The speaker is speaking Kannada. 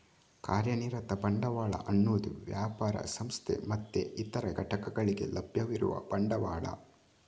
ಕಾರ್ಯನಿರತ ಬಂಡವಾಳ ಅನ್ನುದು ವ್ಯಾಪಾರ, ಸಂಸ್ಥೆ ಮತ್ತೆ ಇತರ ಘಟಕಗಳಿಗೆ ಲಭ್ಯವಿರುವ ಬಂಡವಾಳ